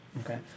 Okay